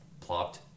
plopped